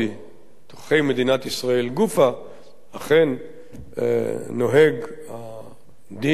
בתוככי מדינת ישראל גופא אכן נוהג הדין, החוק,